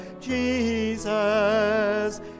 Jesus